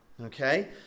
Okay